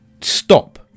Stop